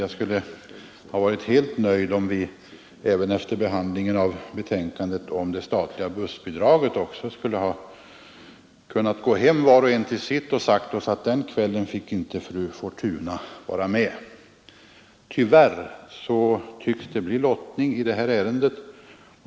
Jag skulle ha varit helt nöjd, om vi även efter behandlingen av betänkandet om det statliga bussbidraget kunnat gå hem var och en till sitt och sagt oss, att den kvällen fick inte fru Fortuna vara med. Tyvärr tycks det bli lottning i detta ärende.